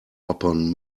upon